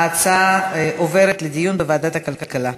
ההצעה עוברת לדיון בוועדת הכלכלה.